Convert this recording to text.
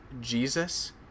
Jesus